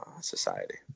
society